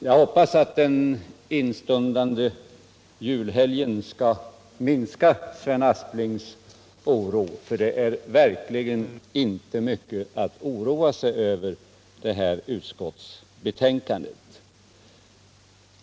Jag hoppas att den instundande julhelgen skall minska Sven Asplings oro, för det här utskottsbetänkandet är verkligen inte mycket att oroa sig över.